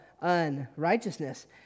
unrighteousness